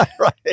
Right